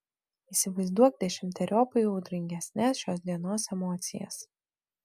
įsivaizduok dešimteriopai audringesnes šios dienos emocijas